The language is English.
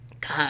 God